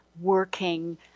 working